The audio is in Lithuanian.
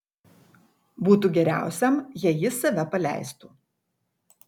būtų geriausiam jei jis save paleistų